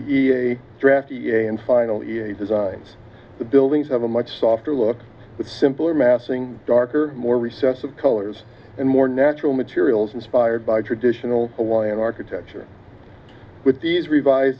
draftee and finally a design the buildings have a much softer look simpler massing darker more recess of colors and more natural materials inspired by traditional hawaiian architecture with these revise